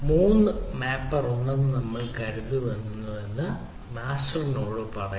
മൂന്ന് മാപ്പർ ഉണ്ടെന്ന് നമ്മൾ കരുതുന്നുവെന്ന് മാസ്റ്റർ നോഡ് പറയുന്നു